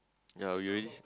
yea we already